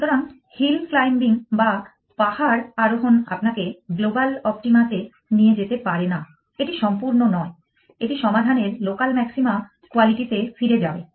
সুতরাং hill climbing বা পাহাড় আরোহণ আপনাকে গ্লোবাল অপটিমাতে নিয়ে যেতে পারে না এটি সম্পূর্ণ নয় এটি সমাধানের লোকাল ম্যাক্সিমা কোয়ালিটিতে ফিরে যাবে